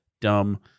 dumb